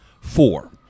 four